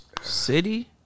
City